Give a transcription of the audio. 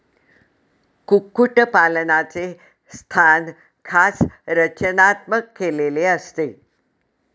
कुक्कुटपालनाचे स्थान खास रचनात्मक केलेले असते